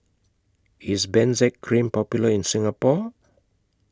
IS Benzac Cream Popular in Singapore